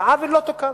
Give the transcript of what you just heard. והעוול לא תוקן.